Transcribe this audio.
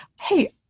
hey